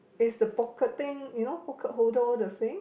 is the pocketing you know pocket holder all the same